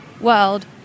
world